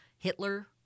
Hitler